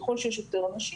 ככל שיש יותר אנשים,